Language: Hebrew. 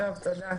תודה.